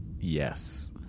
Yes